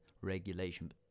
regulation